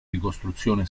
ricostruzione